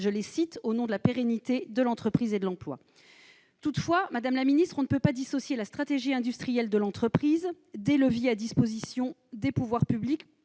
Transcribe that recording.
partenariat « au nom de la pérennité de l'entreprise et de l'emploi ». Cependant, on ne peut pas dissocier la stratégie industrielle de l'entreprise des leviers à disposition des pouvoirs publics